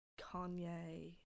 Kanye